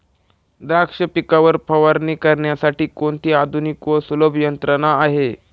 द्राक्ष पिकावर फवारणी करण्यासाठी कोणती आधुनिक व सुलभ यंत्रणा आहे?